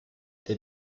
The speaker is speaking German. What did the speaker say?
der